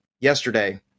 yesterday